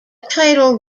title